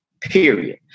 period